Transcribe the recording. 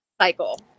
cycle